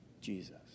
Jesus